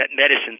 medicine